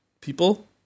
people